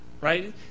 Right